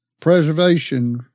preservation